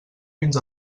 fins